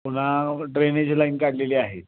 पुन्हा drainage line काढलेली आहे